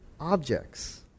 objects